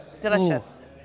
delicious